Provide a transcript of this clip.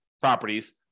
properties